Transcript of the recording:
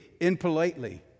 impolitely